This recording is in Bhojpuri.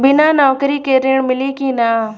बिना नौकरी के ऋण मिली कि ना?